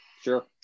Sure